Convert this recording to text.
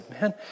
Man